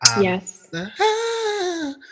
Yes